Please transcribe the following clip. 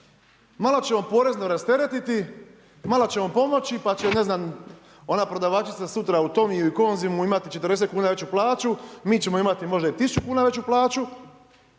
malo ćemo porezno rasteretiti, malo ćemo pomoći, pa će ne znam, ona prodavačica sutra u Tommy-ju i Konzumu imati 40 kuna veću plaću, mi ćemo imati možda i 1000 kuna veću plaću,